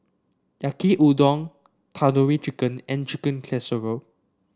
Yaki Udon Tandoori Chicken and Chicken Casserole